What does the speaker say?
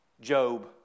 Job